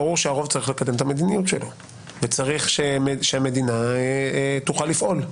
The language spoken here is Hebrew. ברור שהרוב צריך לקדם את המדיניות שלו וצריך שהמדינה תוכל לפעול.